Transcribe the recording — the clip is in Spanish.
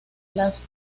las